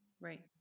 Right